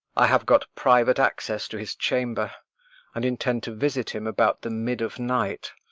i have got private access to his chamber and intend to visit him about the mid of night,